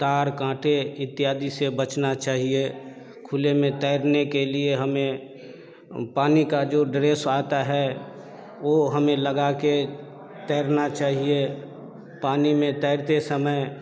तार काँटे इत्यादि से बचना चाहिए खुले में तैरने के लिए हमें पानी का जो ड्रेस आता है वह हमें लगा कर तैरना चाहिए पानी में तैरते समय